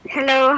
Hello